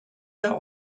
der